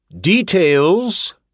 Details